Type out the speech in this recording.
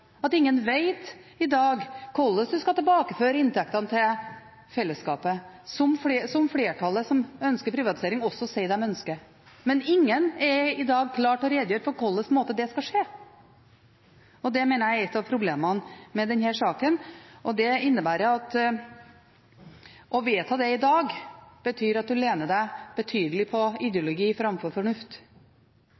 at ingen i dag vet hvordan en skal tilbakeføre inntektene til fellesskapet, slik som flertallet som ønsker privatisering, også sier at de ønsker. Men ingen er i dag klar til å redegjøre for hvordan det skal skje. Det mener jeg er et av problemene med denne saken, og det innebærer at å vedta det i dag betyr at en lener seg betydelig på